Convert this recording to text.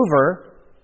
over